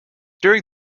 during